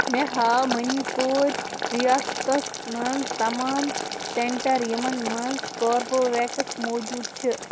مےٚ ہاو مٔنی پوٗر ریاستس منٛز تمام سینٹر یِمَن منٛز کوربویکٕس موجوٗد چھِ